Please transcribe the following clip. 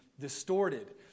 distorted